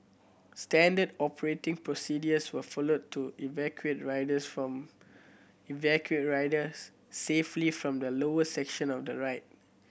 standard operating procedures were followed to evacuate riders from evacuate riders safely from the lower section of the ride